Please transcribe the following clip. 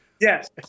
yes